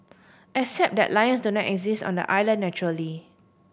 except that lions do not exist on the island naturally